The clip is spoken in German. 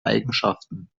eigenschaften